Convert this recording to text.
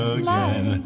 again